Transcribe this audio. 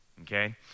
Okay